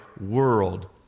world